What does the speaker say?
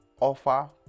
offer